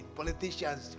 politicians